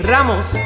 Ramos